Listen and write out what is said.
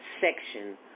section